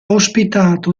ospitato